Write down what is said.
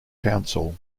council